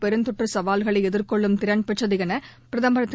பெருந்தொற்று சவால்களை எதிர்கொள்ளும் திறன் பெற்றது என பிரதமர் திரு